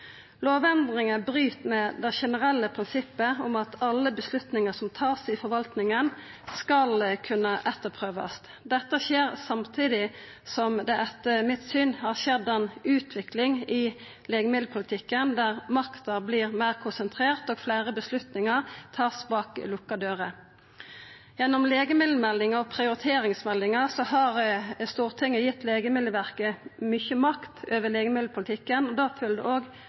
Lovendringa bryt med det generelle prinsippet om at alle avgjerder som vert tatt i forvaltninga, skal kunna etterprøvast. Dette skjer samtidig som det etter mitt syn har vore ei utvikling i legemiddelpolitikken der makta er meir konsentrert og fleire avgjerder vert tatt bak lukka dører. Gjennom legemiddelmeldinga og prioriteringsmeldinga har Stortinget gitt Legemiddelverket mykje makt over legemiddelpolitikken. Det følgjer det